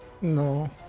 No